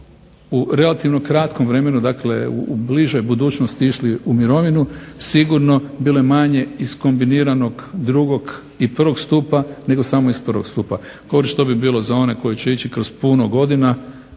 u relativnom kratkom vremenu, dakle u bližoj budućnosti išli u mirovinu, sigurno bilo je manje iskombiniranog drugog i prvog stupa nego samo iz prvog stupa. To bi bilo za one koji će ići kroz puno godina,